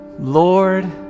Lord